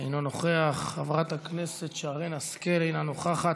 אינו נוכח, חברת הכנסת שרן השכל, אינה נוכחת,